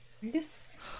Yes